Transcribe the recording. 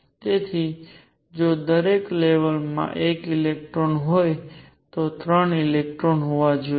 તેથી જો દરેક લેવલ માં એક ઇલેક્ટ્રોન હોય તો 3 ઇલેક્ટ્રોન હોવા જોઈએ